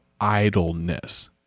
idleness